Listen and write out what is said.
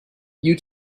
you